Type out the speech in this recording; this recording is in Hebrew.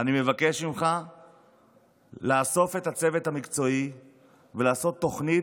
אני מבקש ממך לאסוף את הצוות המקצועי ולעשות תוכנית